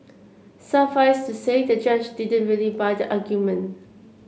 suffice to say the judge didn't really buy the argument